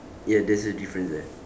ya there's a difference there